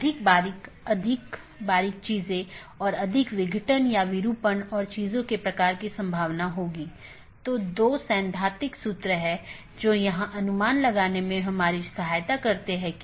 इसलिए पथ को गुणों के प्रकार और चीजों के प्रकार या किस डोमेन के माध्यम से रोका जा रहा है के रूप में परिभाषित किया गया है